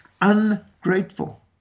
ungrateful